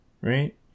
right